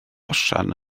osian